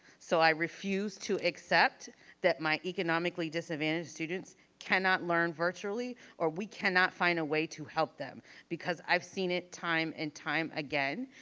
so i refuse to accept that my economically disadvantaged students cannot learn virtually, or we cannot find a way to help them because i've seen it time and time again.